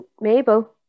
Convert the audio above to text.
Mabel